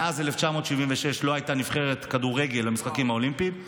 מאז 1976 לא הייתה נבחרת כדורגל למשחקים האולימפיים.